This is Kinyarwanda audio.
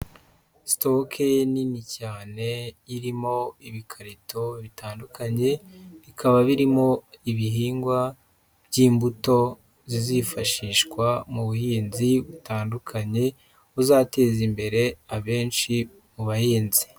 Sitoke nini cyane irimo ibikarito bitandukanye, bikaba birimo ibihingwa by'imbuto zizifashishwa mu buhinzi butandukanye, buzateza imbere abenshi mu bahinzi.